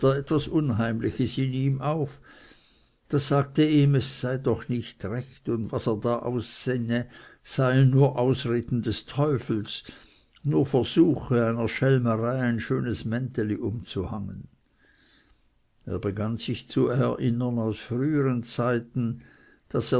etwas unheimliches in ihm auf das sagte ihm es sei doch nicht recht und was er da aussinne seien nur ausreden des teufels nur versuche einer schelmerei ein schönes mänteli umzuhängen er begann sich zu erinnern aus früheren zeiten daß